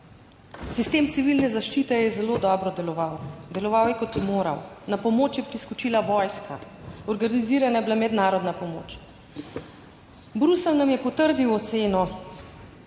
Sistem civilne zaščite je zelo dobro deloval. Deloval je, kot je moral, na pomoč je priskočila vojska, organizirana je bila mednarodna pomoč. Bruselj nam je potrdil oceno